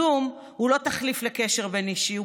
זום הוא לא תחליף לקשר בין-אישי,